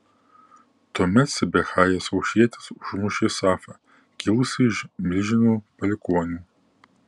tuomet sibechajas hušietis užmušė safą kilusį iš milžinų palikuonių